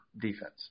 defense